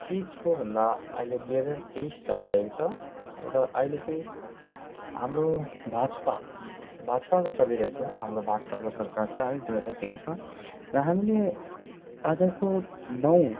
के छ भन्दा अहिले दुई हजार तेइस चलिरहेको छ र अहिले चाहिँ हाम्रो भाजपा भाजपाको चलिरहेछ हाम्रो भाजपाको सरकार छ है दुई हजार तेइसमा र हामीले आजको नौ